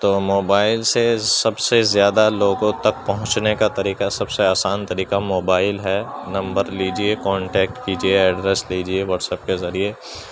تو موبائل سے سب سے زیادہ لوگوں تک پہنچنے کا طریقہ سب سے آسان طریقہ موبائل ہے نمبر لیجیے کانٹیکٹ کیجیے ایڈریس لیجیے واٹس اپ کے ذریعے